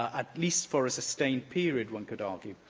at least for a sustained period, one could argue.